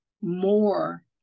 more